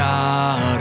God